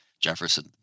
Jefferson